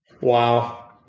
Wow